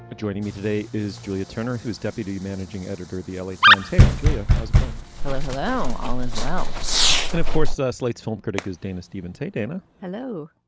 but joining me today is julia turner who is deputy managing editor at the l a. times. hey julia. how's it going hello. hello all is well and of course slate's film critic is dana stevens. hey dana hello